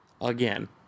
Again